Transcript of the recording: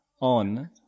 on